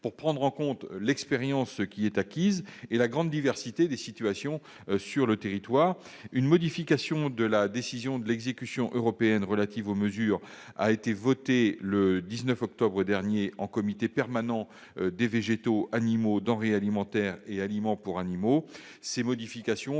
de prendre en compte l'expérience acquise et la grande diversité de situations sur le territoire. Ainsi, une modification de la décision d'exécution européenne relative aux mesures de lutte a été votée jeudi 19 octobre par le Comité permanent des végétaux, des animaux, des denrées alimentaires et des aliments pour animaux.